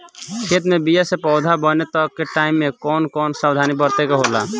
खेत मे बीया से पौधा बने तक के टाइम मे कौन कौन सावधानी बरते के होला?